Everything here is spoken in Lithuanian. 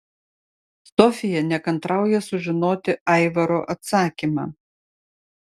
sofija nekantrauja sužinoti aivaro atsakymą